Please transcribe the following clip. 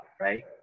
right